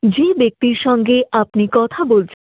ᱡᱮ ᱵᱮᱠᱛᱤᱨ ᱥᱚᱝᱜᱮ ᱟᱯᱱᱤ ᱠᱚᱛᱷᱟ ᱵᱚᱞᱪᱷᱮ